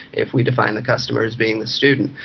if we define the customer as being the student.